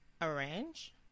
Arrange